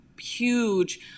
huge